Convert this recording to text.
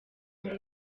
ngo